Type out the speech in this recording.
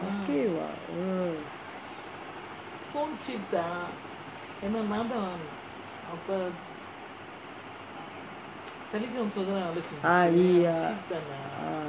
okay [what] mm ah ya